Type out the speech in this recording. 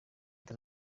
leta